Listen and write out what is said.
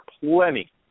plenty